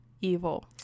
evil